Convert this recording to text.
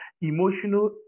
emotional